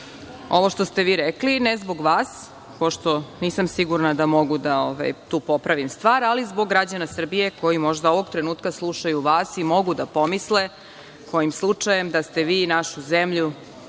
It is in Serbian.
sve što ste vi sve rekli, ne zbog vas, pošto nisam sigurna da tu mogu da popravim stvar, ali zbog građana Srbije koji možda ovog trenutka slušaju vas i mogu da pomisle, kojim slučajem, da ste vi našu zemlju